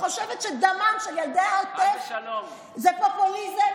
שחושבת שדמם של ילדי העוטף זה פופוליזם.